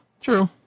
true